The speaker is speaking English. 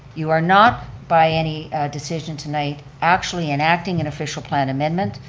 you are not by any decision tonight actually enacting an official plan amendment.